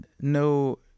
no